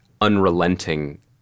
unrelenting